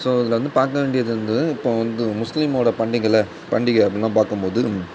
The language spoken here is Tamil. ஸோ இதில் வந்து பார்க்க வேண்டியது வந்து இப்போ வந்து முஸ்லீமோடய பண்டிகையில் பண்டிகை அப்படின்லாம் பார்க்கம்போது